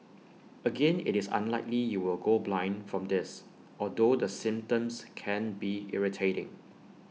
again IT is unlikely you will go blind from this although the symptoms can be irritating